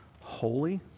holy